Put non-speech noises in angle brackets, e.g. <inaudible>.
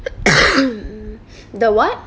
<coughs> mm the what